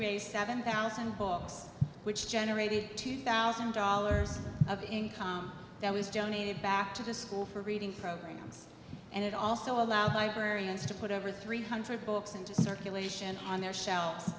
raised seven thousand books which generated two thousand dollars that was donated to the school for reading programs and it also allows librarians to put over three hundred books into circulation on their shelves